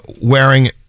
wearing